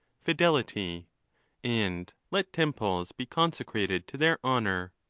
fidelity and let temples be consecrated to their honour